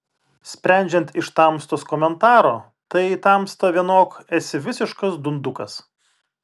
sprendžiant iš tamstos komentaro tai tamsta vienok esi visiškas dundukas